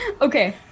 okay